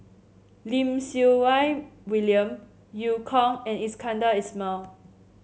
Lim Siew Wai William Eu Kong and Iskandar Ismail